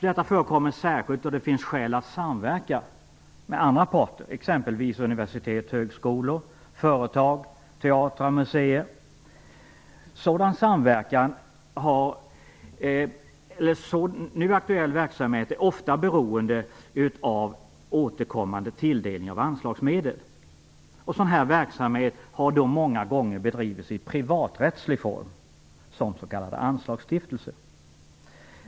Detta förekommer särskilt då det finns skäl att samverka med andra parter, exempelvis universitet och högskolor, företag, teatrar och museer. Nu aktuell verksamhet är ofta beroende av återkommande tilldelning av anslagsmedel. Sådan verksamhet har många gånger bedrivits i privaträttslig form som s.k. anslagsstiftelse.